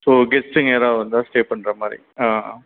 so கெஸ்ட்டுங்க யாராவது வந்தால் ஸ்டே பண்ணுற மாதிரி